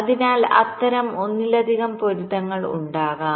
അതിനാൽ അത്തരം ഒന്നിലധികം പൊരുത്തങ്ങൾ ഉണ്ടാകാം